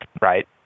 right